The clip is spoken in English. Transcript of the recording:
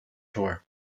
tour